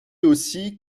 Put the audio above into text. aussi